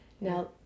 Now